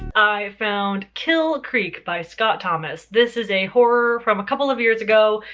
i found kill creek by scott thomas. this is a horror from a couple of years ago.